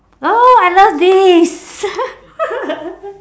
oh I love this